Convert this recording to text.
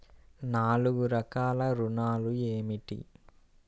నాలుగు రకాల ఋణాలు ఏమిటీ?